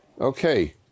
Okay